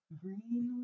green